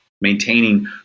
Maintaining